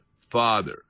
father